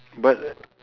but